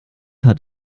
hat